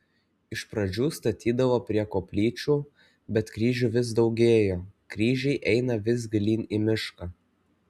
iš pradžių statydavo prie koplyčių bet kryžių vis daugėjo kryžiai eina vis gilyn į mišką